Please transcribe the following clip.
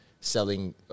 selling